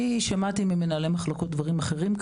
שמעתי ממנהלי מחלקות דברים אחרים.